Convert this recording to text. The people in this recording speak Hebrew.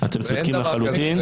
אתם צודקים לחלוטין.